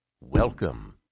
Welcome